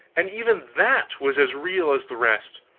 and even that was as real as the rest!